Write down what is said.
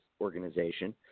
organization